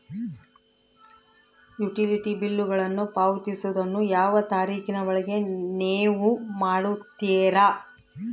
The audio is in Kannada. ಯುಟಿಲಿಟಿ ಬಿಲ್ಲುಗಳನ್ನು ಪಾವತಿಸುವದನ್ನು ಯಾವ ತಾರೇಖಿನ ಒಳಗೆ ನೇವು ಮಾಡುತ್ತೇರಾ?